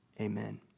Amen